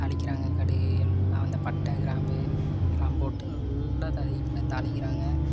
தாளிக்கிறாங்க கடுகு எல்லாம் அந்த பட்டை கிராம்பு இதெலாம் போட்டு நல்லா தாளிக் தாளிக்கிறாங்க